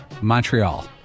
Montreal